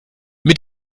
mit